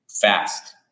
Fast